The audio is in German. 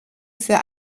für